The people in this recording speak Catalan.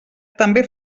també